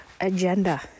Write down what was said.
agenda